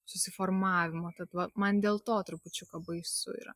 susiformavimo tad va man dėl to trupučiuką baisu yra